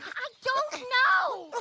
i don't know!